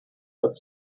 web